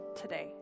today